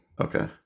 okay